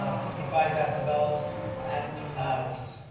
sixty five decibels at the house.